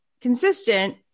consistent